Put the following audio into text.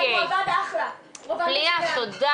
אף אחד לא נכנס לארץ בלי ויזת סטודנט.